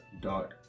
dot